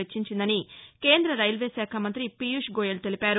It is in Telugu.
వెచ్చించిందని కేంద రైల్వే శాఖ మంతి పీయూష్ గోయల్ తెలిపారు